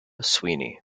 sweeney